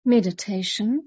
Meditation